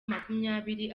makumyabiri